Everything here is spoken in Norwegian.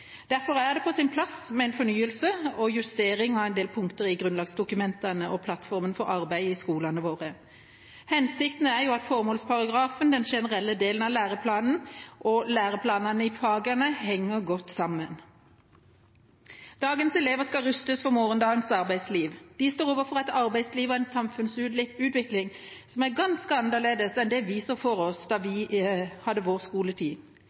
Derfor er det på sin plass med en fornyelse og justering av en del punkter i grunnlagsdokumentene og plattformen for arbeidet i skolene våre. Hensikten er at formålsparagrafen, den generelle delen av læreplanen og læreplanene i fagene henger godt sammen. Dagens elever skal rustes for morgendagens arbeidsliv. De står overfor et arbeidsliv og en samfunnsutvikling som er ganske annerledes enn det vi så for oss da vi hadde vår skoletid.